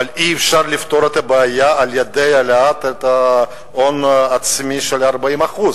אבל אי-אפשר לפתור את הבעיה על-ידי העלאת ההון העצמי ל-40%.